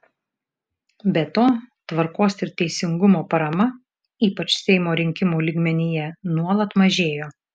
be to tvarkos ir teisingumo parama ypač seimo rinkimų lygmenyje nuolat mažėjo